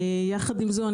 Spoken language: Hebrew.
יחד עם זאת,